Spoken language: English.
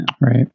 Right